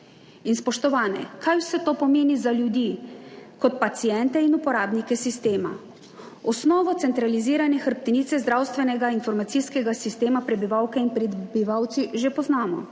In spoštovane, kaj vse to pomeni za ljudi kot paciente in uporabnike sistema? Osnovo centralizirane hrbtenice zdravstvenega informacijskega sistema prebivalke in prebivalci že poznamo